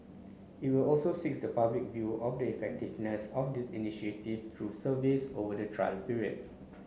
it will also seeks the public view on the effectiveness of this initiative through surveys over the trial period